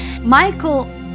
Michael